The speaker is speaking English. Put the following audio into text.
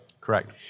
Correct